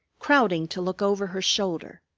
crowding to look over her shoulder.